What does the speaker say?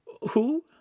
Who